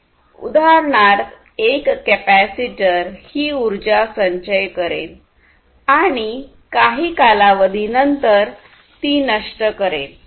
उदाहरणार्थ एक कॅपासिटर ही ऊर्जा संचय करेल आणि काही कालावधीनंतर ती नष्ट करेल